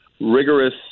rigorous